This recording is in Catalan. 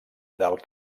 del